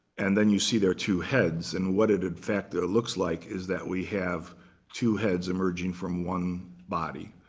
and then you see there are two heads. and what it, in fact, that it looks like, is that we have two heads emerging from one body,